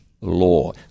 law